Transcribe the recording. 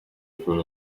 kuri